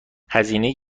هزینه